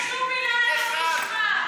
של נתינה,